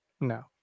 No